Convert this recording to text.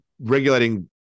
regulating